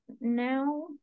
now